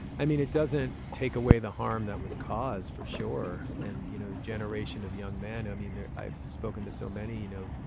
i mean, it doesn't take away the harm that was caused for sure and, you know, the generation of young man. i mean, i've spoken to so many, you know,